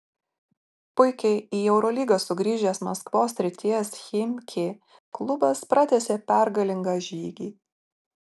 puikiai į eurolygą sugrįžęs maskvos srities chimki klubas pratęsė pergalingą žygį